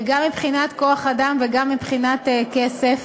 גם מבחינת כוח-אדם וגם מבחינת כסף,